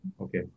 Okay